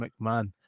McMahon